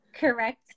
correct